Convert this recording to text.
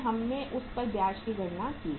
हमने उस पर ब्याज की गणना की है